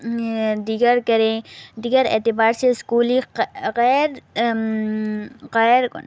دیگر کریں دیگر اعتبار سے اسکول غیر غیر